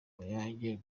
mayange